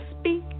speak